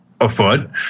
afoot